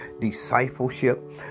discipleship